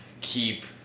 keep